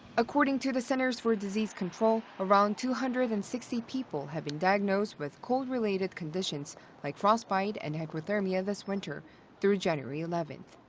according to the centers for disease control, around two hundred and sixty people have been diagnosed with cold-related conditions like frostbite and hypothermia hypothermia this winter through january eleventh.